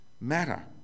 matter